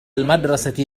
المدرسة